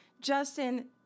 Justin